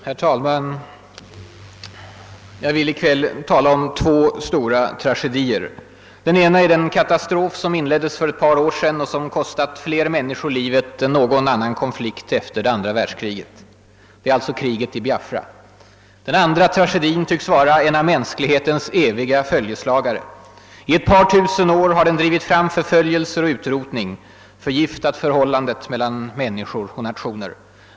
Herr talman! Jag vill i kväll tala om två stora tragedier. Den ena är den katastrof som inleddes för ett par år sedan och som kostat fler människor livet än någon annan konflikt efter det andra världskriget. Det är alltså kriget i Biafra. Den andra tragedin tycks vara en av mänsklighetens eviga följeslagare. I ett par tusen år har den drivit fram förföljelser och utrotning, förgiftat förhållandet mellan människor och nationer.